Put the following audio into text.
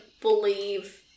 believe